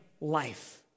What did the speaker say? Life